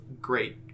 great